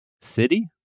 city